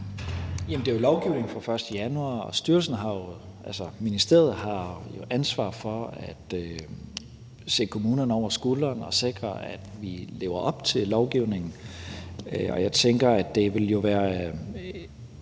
der gælder fra den 1. januar 2024, og ministeriet har ansvaret for at se kommunerne over skulderen og sikre, at de lever op til lovgivningen.